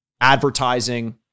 advertising